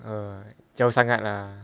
oh jauh sangat lah